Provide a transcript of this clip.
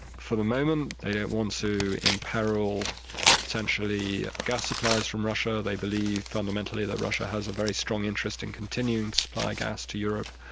for the moment they don't want to imperil potentially gas supplies from russia. they believe fundamentally that russia has a very strong interest in continuing to supply gas to europe.